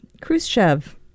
Khrushchev